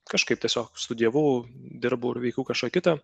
kažkaip tiesiog studijavau dirbau ir veikiau kažką kitą